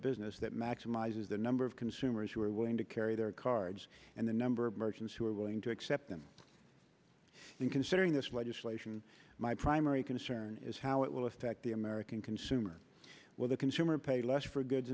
business that maximizes the number of consumers who are willing to carry their cards and the number of merchants who are willing to accept them and considering this legislation my primary concern is how it will affect the american consumer will the consumer pay less for goods